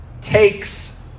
takes